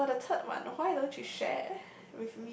as for the third one why don't you share